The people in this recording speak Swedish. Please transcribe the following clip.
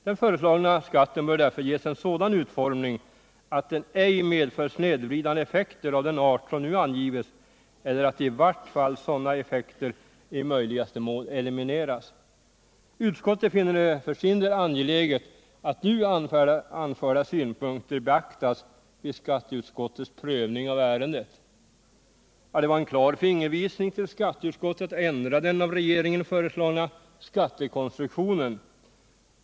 Den föreslagna skatten bör därför ges en sådan utformning att den ej medför snedvridande effekter av den art som nu angivits, eller att i vart fall sådana effekter i möjligaste mån elimineras. Utskottet finner det för sin del angeläget att nu anförda synpunkter beaktas vid skatteutskottets prövning av ärendet. Det var en klar fingervisning till skatteutskottet att ändra den av regeringen föreslagna skattekonstruktionen.